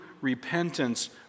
repentance